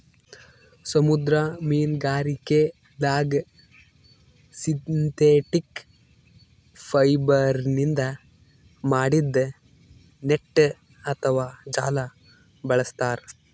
ಸಮುದ್ರ ಮೀನ್ಗಾರಿಕೆದಾಗ್ ಸಿಂಥೆಟಿಕ್ ಫೈಬರ್ನಿಂದ್ ಮಾಡಿದ್ದ್ ನೆಟ್ಟ್ ಅಥವಾ ಜಾಲ ಬಳಸ್ತಾರ್